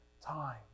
time